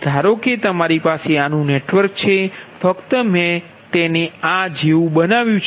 ધારો કે તમારી પાસે આનું નેટવર્ક છે ફક્ત મેં તેને આ જેવું બનાવ્યું છે